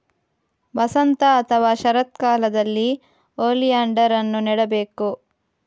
ವಸಂತ ಅಥವಾ ಶರತ್ಕಾಲದಲ್ಲಿ ಓಲಿಯಾಂಡರ್ ಅನ್ನು ನೆಡಬೇಕು